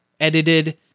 edited